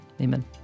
amen